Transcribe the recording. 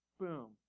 boom